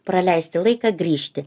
praleisti laiką grįžti